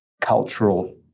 cultural